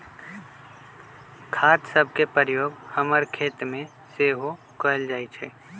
खाद सभके प्रयोग हमर खेतमें सेहो कएल जाइ छइ